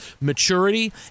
maturity